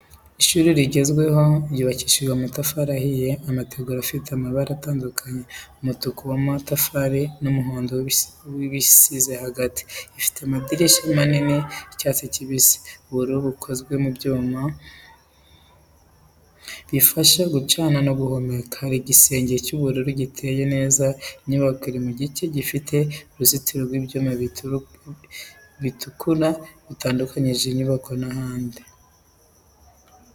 Ishuri rigezweho ryubakishijwe amatafari ahiye, amategura afite amabara atandukanye, umutuku w’amatafari n’umuhondo w’ibisize hagati. Ifite amadirishya manini y’icyatsi kibisi, ubururu bikozwe mu byuma, bifasha gucana no guhumeka. Hari igisenge cy’ubururu giteye neza. Inyubako iri mu gice gifite uruzitiro rw’ibyuma bitukura rutandukanya inyubako n’ahandi.